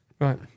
Right